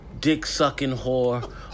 dick-sucking-whore